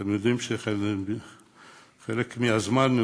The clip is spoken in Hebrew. אתם יודעים שבחלק מהזמן,